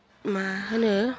मा होनो